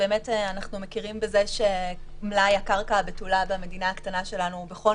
אנחנו מכירים בזה שמלאי הקרקע הבתולה במדינה הקטנה שלנו הוא בכל